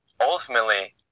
ultimately